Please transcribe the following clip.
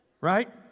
Right